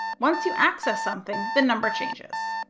once you access something, the number changes.